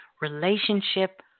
relationship